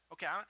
Okay